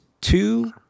two